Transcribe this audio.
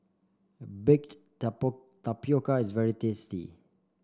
Baked Tapioca is very tasty